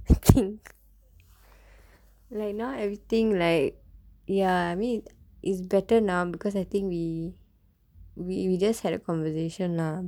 I think like now everything like ya I mean is better now because I think we we just had a conversation lah